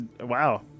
Wow